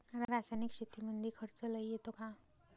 रासायनिक शेतीमंदी खर्च लई येतो का?